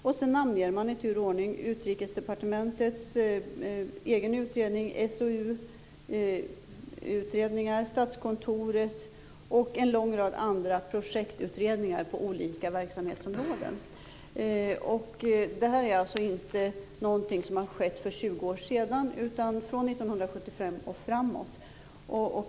Man anger sedan i tur och ordning Utrikesdepartementets egen utredning, SOU-utredningar, Statskontorets effektivitetsstudier och en lång rad andra projektutredningar på olika verksamhetsområden. Detta är ingenting som har skett för 20 år sedan utan från 1975 och framåt.